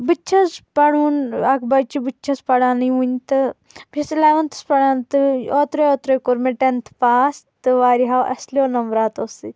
بہٕ چھَس پَروُن اَکھ بَچہٕ بہٕ تہِ چھَس پرانٕے وُنہِ تہٕ بہٕ چھَس اَلیوَنتھس پران تہٕ اوترے اوترے کوٚر مےٚ ٹینٛتھہٕ پاس تہٕ واریاہَو اصلیٚو نمبراتوں سۭتۍ